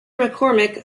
mccormick